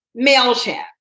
MailChimp